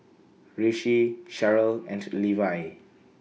Rishi Cheryll and Levi